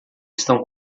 estão